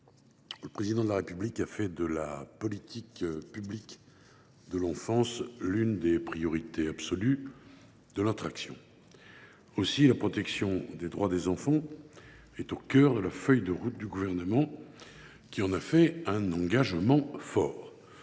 le Président de la République a fait de la politique publique de l’enfance l’une des priorités absolues de son action. Aussi, la protection des droits des enfants est au cœur de la feuille de route du Gouvernement, qui en a fait un engagement fort.